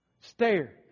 stare